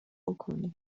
بکنی